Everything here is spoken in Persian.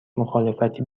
مخالفتی